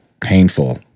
painful